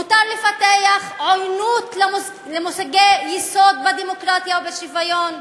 מותר לפתח עוינות למושגי יסוד בדמוקרטיה ובשוויון,